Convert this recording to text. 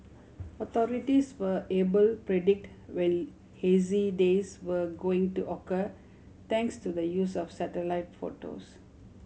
authorities were able predict when hazy days were going to occur thanks to the use of satellite photos